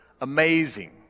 amazing